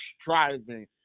striving